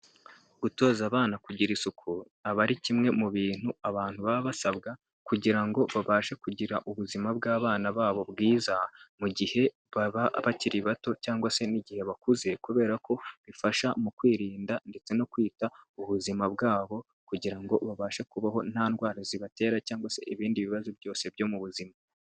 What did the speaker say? Gutoza abana kugira isuku, aba ari kimwe mu bintu abantu baba basabwa kugira ngo babashe kugira ubuzima bw'abana babo bwiza, mu gihe baba bakiri bato cyangwa se n'igihe bakuze kubera ko bifasha mu kwirinda ndetse no kwita ku buzima bwabo kugira ngo babashe kubaho ntandwara zibatera cyangwa se ibindi bibazo byose byo mu buzima.